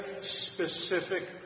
specific